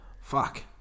Fuck